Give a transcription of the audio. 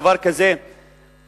דבר כזה,